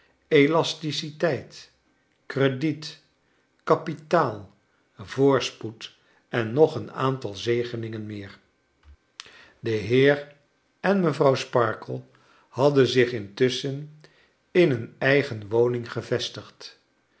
elasticiteit crediet kapitaal voorspoed en nog een aantal zegeningen meer de heer en mevrouw sparkler hadden zich intusschen in een eigen woning gevestigd